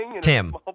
Tim